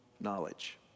knowledge